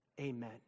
Amen